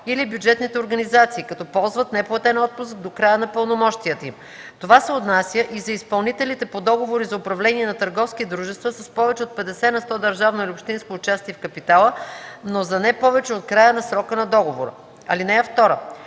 или бюджетните организации, като ползват неплатен отпуск до края на пълномощията им. Това се отнася и за изпълнителите по договори за управление на търговски дружества с повече от 50 на сто държавно или общинско участие в капитала, но за не повече от края на срока на договора. (2)